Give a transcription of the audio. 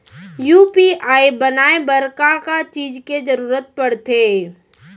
UPI बनाए बर का का चीज के जरवत पड़थे?